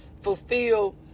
fulfill